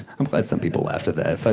i'm glad some people laughed at that.